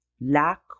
lack